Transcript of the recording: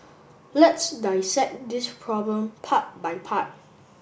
let's dissect this problem part by part